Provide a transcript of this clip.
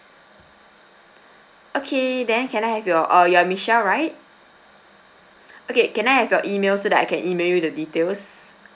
okay then can I have your uh you are michelle right okay can I have your email so that I can email you the details